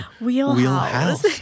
Wheelhouse